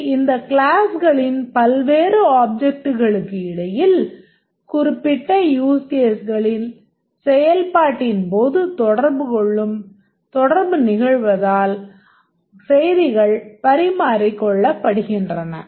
இங்கு இந்த க்ளாஸ்களின் பல்வேறு ஆப்ஜெக்ட்களுக்கிடையில் குறிப்பிட்ட யூஸ் கேஸ்களில் செயல்பாட்டின் போது தொடர்பு நிகழ்வதால் செய்திகள் பரிமாறிக்கொள்ளப்படுகின்றன